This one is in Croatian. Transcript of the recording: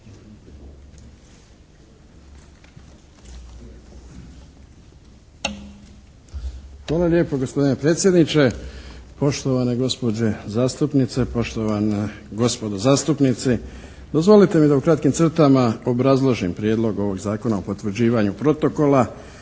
Hvala lijepo gospodine predsjedniče. Poštovane gospođe zastupnice, poštovana gospodo zastupnici. Dozvolite mi da u kratkim crtama obrazložim Prijedlog ovog zakona o potvrđivanju Protokola